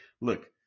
Look